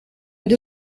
nde